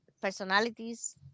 personalities